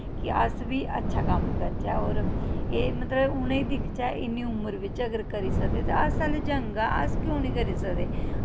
कि अस बी अच्छा कम्म करचै होर एह् मतलब उ'नें ई दिखचै इ'न्नी उमर बिच अगर करी सकगे अस ते हालै यंग आं अस क्यों निं करी सकदे